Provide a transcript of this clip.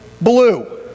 blue